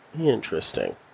Interesting